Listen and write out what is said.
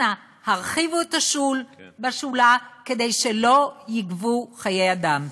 אנא, הרחיבו את השול בשולה כדי שלא ייגבו חיי אדם.